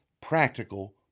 practical